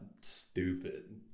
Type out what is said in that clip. stupid